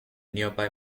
nearby